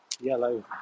yellow